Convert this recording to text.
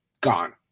gone